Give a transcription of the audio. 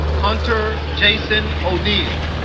hunter jason o'neal